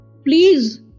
Please